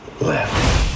left